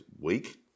weak